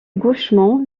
gauchement